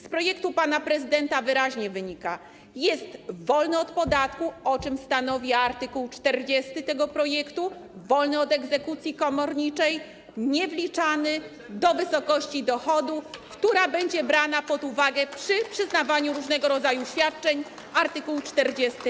Z projektu pana prezydenta wyraźnie wynika: jest on wolny od podatku, o czym stanowi art. 40 tego projektu, wolny od egzekucji komorniczej, niewliczany do wysokości dochodu, która będzie brana pod uwagę przy przyznawaniu różnego rodzaju świadczeń - art. 45.